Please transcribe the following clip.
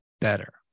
better